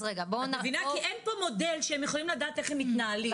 כי אין פה מודל שהם יכולים לדעת איך הם מתנהלים.